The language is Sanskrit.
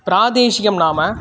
प्रादेशिकं नाम